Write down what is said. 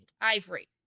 Ivory